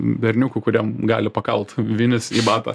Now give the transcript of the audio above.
berniukų kurie gali pakalt vinis į batą